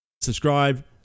subscribe